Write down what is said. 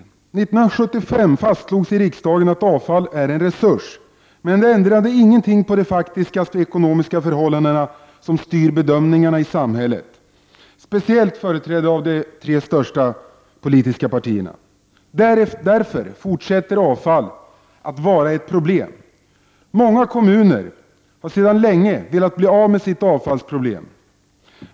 1975 fastslogs i riksdagen att avfall är en resurs, men det ändrade inte de faktiska ekonomiska förhållanden som styr bedömningarna i samhället och som speciellt företräds av de tre största politiska partierna. Därför fortsätter avfall att vara ett problem. Många kommuner har sedan länge velat bli av med sitt avfallsproblem.